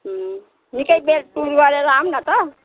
उम्म निकै बेर टुर गरेर आऊँ न त